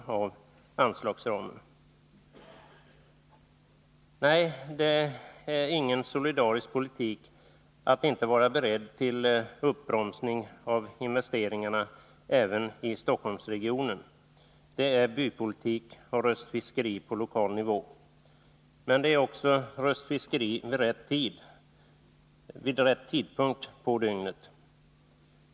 Nej, Bertil Zachrisson, det är ingen solidarisk politik att inte vara beredd till uppbromsning av investeringarna även i Stockholmsregionen — det är bypolitik och röstfiskeri på lokal nivå. Men det är också röstfiskeri vid rätt tidpunkt på dygnet.